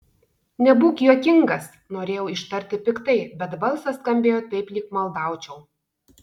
nebūk juokingas norėjau ištarti piktai bet balsas skambėjo taip lyg maldaučiau